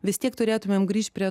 vis tiek turėtumėm grįšt prie